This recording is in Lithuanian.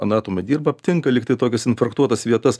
anatomai dirba aptinka lygtai tokias infraktuotas vietas